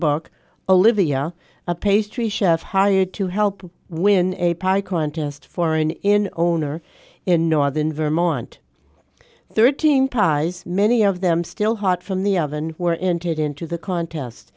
book olivia a pastry chef hired to help win a pie contest for an in owner in northern vermont thirteen pies many of them still hot from the oven were intake into the contest